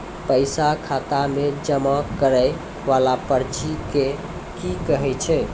पैसा खाता मे जमा करैय वाला पर्ची के की कहेय छै?